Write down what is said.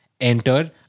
Enter